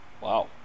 Wow